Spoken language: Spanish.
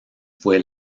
fue